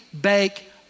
bake